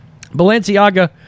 Balenciaga